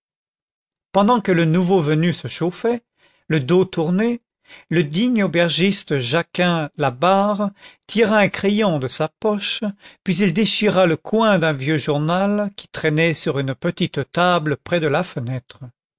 pendant que le nouveau venu se chauffait le dos tourné le digne aubergiste jacquin labarre tira un crayon de sa poche puis il déchira le coin d'un vieux journal qui traînait sur une petite table près de la fenêtre